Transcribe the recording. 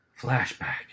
flashback